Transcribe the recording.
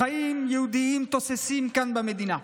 וחיים יהודיים תוססים כאן במדינה.